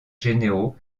généraux